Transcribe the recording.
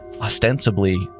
ostensibly